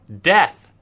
Death